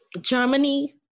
Germany